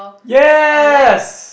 yes